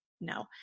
No